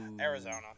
Arizona